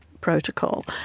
protocol